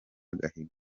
agahigo